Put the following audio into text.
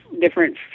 different